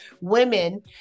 women